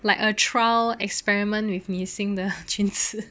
like a trial experiment with 你新的裙子